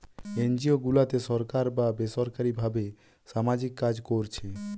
NGO গুলাতে সরকার বা বেসরকারী ভাবে সামাজিক কাজ কোরছে